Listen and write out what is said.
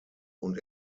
und